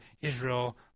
Israel